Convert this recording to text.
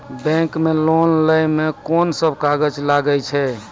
Bank मे loan लै मे कोन सब कागज लागै छै?